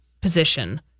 position